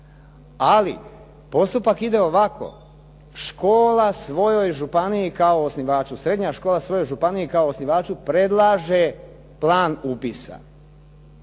Ali postupak ide ovako, škola svojoj županiji kao osnivaču, srednja škola svojoj županiji kao osnivaču predlaže plan upisa.